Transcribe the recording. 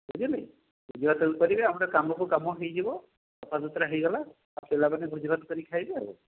ବୁଝିଲେ ଭୋଜିଭାତ ବି କରିବେ ଆମର କାମକୁ କାମ ହୋଇଯିବ ସଫା ସୁତୁରା ହୋଇଗଲା ଆଉ ପିଲାମାନେ ଭୋଜିଭାତ କରି ଖାଇବେ ଆଉ